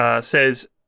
says